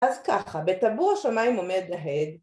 ‫אז ככה, בטבור השמיים עומד העד.